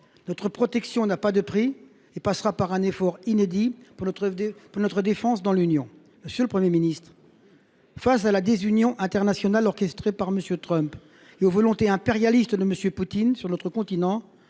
Notre protection n’a pas de prix et passera par un effort inédit pour notre défense dans l’Union européenne. Monsieur le Premier ministre, face à la désunion internationale orchestrée par M. Trump et aux volontés impérialistes de M. Poutine sur notre continent,